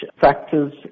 factors